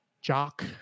jock